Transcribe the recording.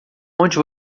onde